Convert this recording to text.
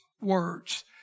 words